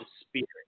Spirit